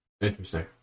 Interesting